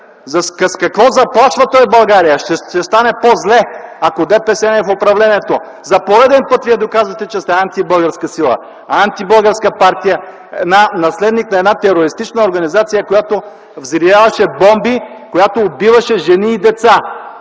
С какво заплашва той България, че ще стане по-зле, ако ДПС не е в управлението? За пореден път Вие доказвате, че сте антибългарска сила, антибългарска партия, наследник на една терористична организация, която взривяваше бомби, която убиваше жени и деца!